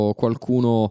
qualcuno